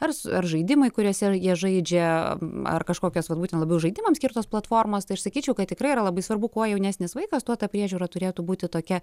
ar ar žaidimai kuriuose jie žaidžia ar kažkokios galbūt ten labiau žaidimams skirtos platformos tai aš sakyčiau kad tikrai yra labai svarbu kuo jaunesnis vaikas tuo ta priežiūra turėtų būti tokia